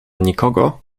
nikogo